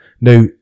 Now